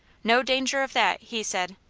no danger of that, he said.